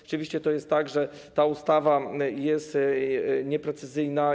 Rzeczywiście jest tak, że ta ustawa jest nieprecyzyjna.